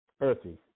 earthy